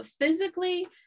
physically